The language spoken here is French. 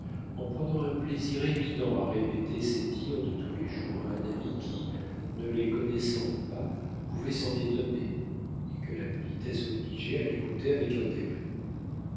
en prenant un plaisir évident à répéter ses dires de tous les jours à un ami qui ne les connaissant pas pouvait s'en étonner et que la politesse obligeait à l'écouter avec intérêt